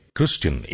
Christian